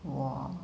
!wah!